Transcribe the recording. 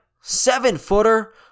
Seven-footer